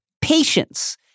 patience